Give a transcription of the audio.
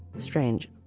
strange.